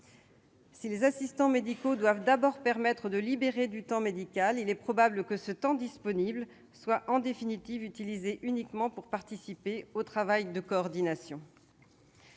Si les assistants médicaux doivent d'abord permettre de libérer du temps médical, il est probable que ce temps disponible soit en définitive utilisé uniquement pour participer au travail de coordination.